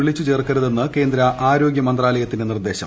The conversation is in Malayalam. വിളിച്ചു ചേർക്കരുത്തെന്ന് കേന്ദ്ര ആരോഗൃമന്ത്രാലയത്തിന്റെ നിർദേശം